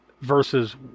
versus